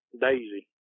Daisy